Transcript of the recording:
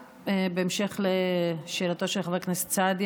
בהמשך לשאלתו של חבר הכנסת סעדי,